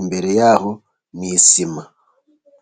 imbere yaho ni isima.